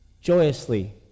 joyously